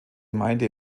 gemeinde